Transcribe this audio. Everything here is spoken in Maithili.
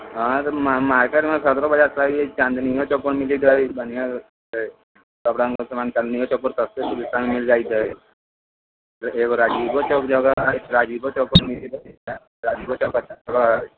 हँ तऽ मा मार्केटोमे सदरो बाजार सही हइ चाँदनिओ चौकपर मिलैत हइ बढ़िआँ हइ सभ रङ्गके सामान चाँदनिओ चौकपर सस्ते सुबस्तेमे मिल जाइत हइ एगो राजीवो चौक जगह हइ राजीवो चौकपर राजीवो चौकपर सस्ता हइ